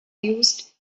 used